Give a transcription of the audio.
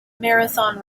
marathon